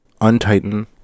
untighten